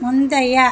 முந்தைய